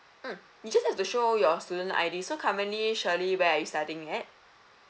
mm you just have to show your student I_D so currently shirley where are you studying at